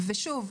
ושוב,